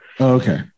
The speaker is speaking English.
okay